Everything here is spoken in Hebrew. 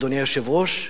אדוני היושב-ראש.